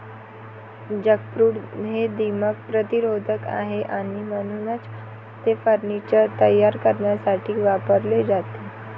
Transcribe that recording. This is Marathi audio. जॅकफ्रूट हे दीमक प्रतिरोधक आहे आणि म्हणूनच ते फर्निचर तयार करण्यासाठी वापरले जाते